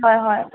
হয় হয়